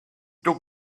took